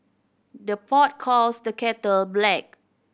the pot calls the kettle black